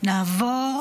נעבור